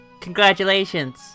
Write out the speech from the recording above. Congratulations